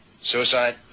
Suicide